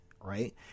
right